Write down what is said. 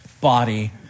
body